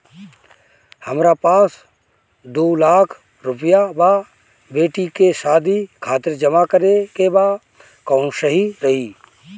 हमरा पास दू लाख रुपया बा बेटी के शादी खातिर जमा करे के बा कवन सही रही?